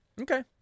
Okay